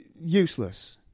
useless